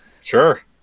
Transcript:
Sure